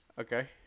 Okay